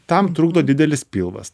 tam trukdo didelis pilvas